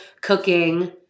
cooking